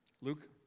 Luke